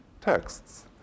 texts